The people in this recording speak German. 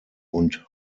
und